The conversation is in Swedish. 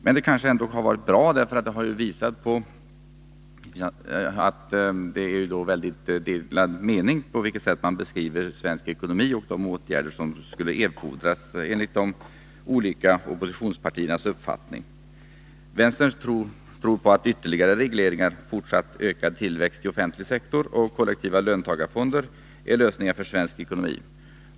Men det kanske ändå har varit bra att den här debatten fått detta förlopp eftersom det visat på att det är väldigt delade meningar om hur man bör beskriva den svenska ekonomin och om de åtgärder som skulle erfordras enligt de olika oppositionspartiernas uppfattning. Vänstern tror på ytterligare regleringar och fortsatt ökad tillväxt av den offentliga sektorn samt kollektiva löntagarfonder. Det skulle vara lösningen för svensk ekonomi.